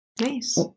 Nice